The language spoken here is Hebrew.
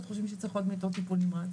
חושבים שצריך עוד מיטות טיפול נמרץ,